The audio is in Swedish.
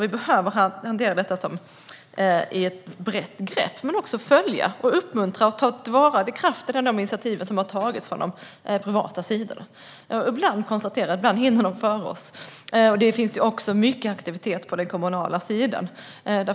Vi behöver hantera detta med ett brett grepp men också följa, uppmuntra och ta till vara kraften och initiativen från de privata sidorna. Vi får ibland konstatera att de hinner före oss. Det pågår också mycket aktivitet på den kommunala sidan.